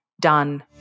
done